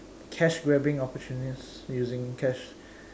cash grabbing opportunists using cash